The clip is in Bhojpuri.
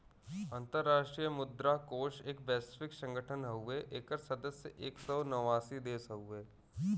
अंतराष्ट्रीय मुद्रा कोष एक वैश्विक संगठन हउवे एकर सदस्य एक सौ नवासी देश हउवे